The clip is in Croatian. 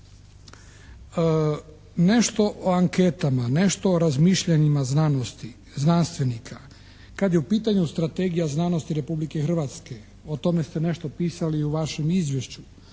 Nešto o anketama, nešto o razmišljanjima znanosti, znanstvenika. Kad je u pitanju Strategija znanosti Republike Hrvatske, o tome ste nešto pisali i u vašem Izvješću.